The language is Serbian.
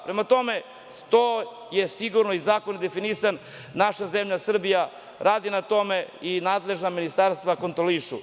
Prema tome, to je sigurno, zakon je definisan, naša zemlja Srbija radi na tome i nadležna ministarstva kontrolišu.